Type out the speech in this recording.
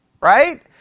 right